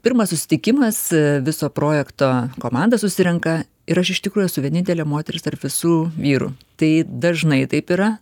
pirmas susitikimas viso projekto komanda susirenka ir aš iš tikrųjų esu vienintelė moteris tarp visų vyrų tai dažnai taip yra